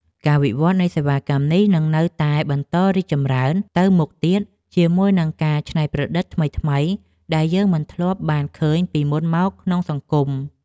ការវិវត្តនៃសេវាកម្មនេះនឹងនៅតែបន្តរីកចម្រើនទៅមុខទៀតជាមួយនឹងការច្នៃប្រឌិតថ្មីៗដែលយើងមិនធ្លាប់បានឃើញពីមុនមកក្នុងសង្គម។